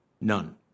None